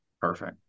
Perfect